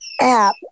app